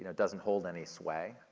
doesn't hold any sway?